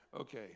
Okay